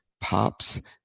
pops